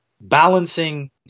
Balancing